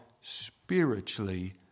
spiritually